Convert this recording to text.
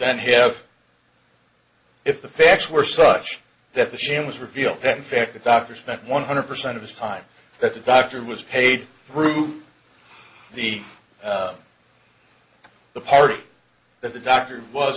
then have if the facts were such that the shims reveal that fact the doctor spent one hundred percent of his time that the doctor was paid through the the part that the doctor was